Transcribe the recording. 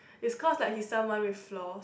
is cause he's someone with flaws